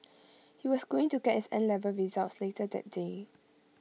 he was going to get his N level results later that day